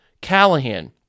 Callahan